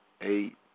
eight